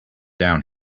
down